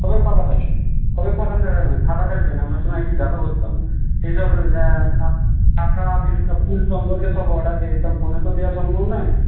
কবে ফাঁকা থাকবেন কবে ফাঁকা থাকবেন আপনার সঙ্গে একটু দেখা করতাম এসব টাকা বিভিন্ন ফুল সম্পর্কে সব অর্ডার দিয়ে দিতাম ফোনে তো দেওয়া সম্ভব নয়